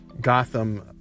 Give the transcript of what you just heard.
Gotham